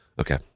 okay